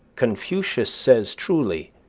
confucius says truly,